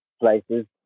places